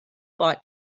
bought